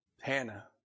Hannah